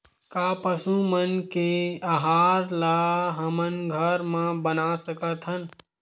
का पशु मन के आहार ला हमन घर मा बना सकथन?